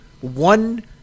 one